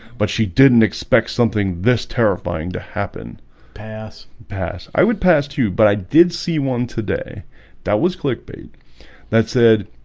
but she didn't expect something this terrifying to happen pass pass i would passed you, but i did see one today that was clickbait that said